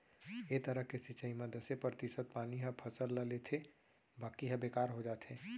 ए तरह के सिंचई म दसे परतिसत पानी ह फसल ल लेथे बाकी ह बेकार हो जाथे